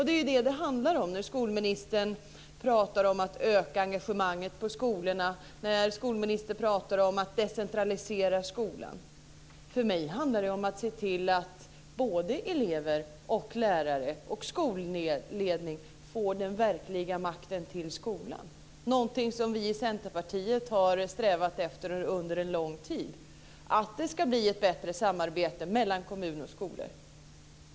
Det är detta som det handlar om när skolministern talar om ett ökat engagemang för skolan och en decentralisering av skolan. För mig handlar det om att se till att såväl elever som lärare och skolledning får den verkliga makten till skolan. Någonting som vi i Centerpartiet har strävat efter under lång tid är att det ska bli ett bättre samarbete mellan kommuner och skolor.